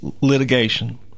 litigation